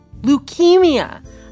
Leukemia